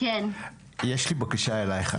יש לי בקשה אלייך.